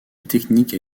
technique